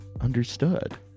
understood